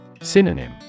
Synonym